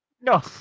No